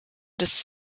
des